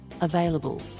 available